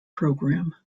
program